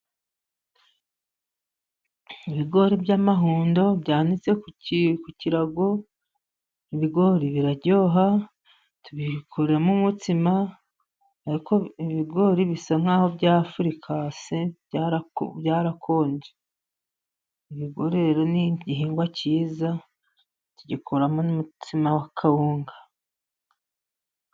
Ibigori by'amahundo byanitse ku kirago, ibigori biraryoha, tubikuramo umutsima, ariko ibi ibigori bisa nk'aho byafurikase, byarakonje. Ibigori rero ni igihingwa cyiza, tugikuramo n'umutsima wa kawunga.